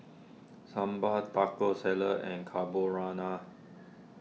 Sambar Taco Salad and Carbonara